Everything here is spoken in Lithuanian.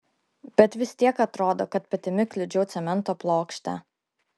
bet vis tiek atrodo kad petimi kliudžiau cemento plokštę